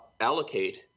allocate